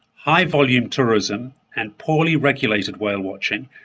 high volume tourism, and poorly regulated whale watching,